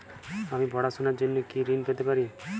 আমি পড়াশুনার জন্য কি ঋন পেতে পারি?